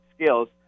skills